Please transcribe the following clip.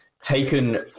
taken